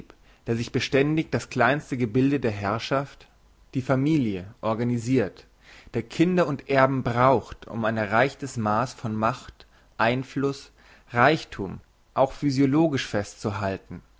der sich beständig das kleinste gebilde der herrschaft die familie organisirt der kinder und erben braucht um ein erreichtes maass von macht einfluss reichthum auch physiologisch festzuhalten